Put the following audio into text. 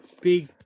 big